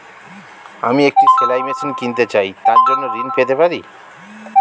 আমি একটি সেলাই মেশিন কিনতে চাই তার জন্য ঋণ পেতে পারি?